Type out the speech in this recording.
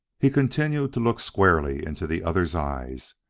he continued to look squarely into the other's eyes,